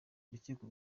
urukiko